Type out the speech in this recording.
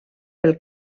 pel